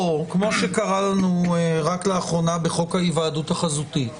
או כמו שקרה לנו רק לאחרונה בחוק ההיוועדות החזותית,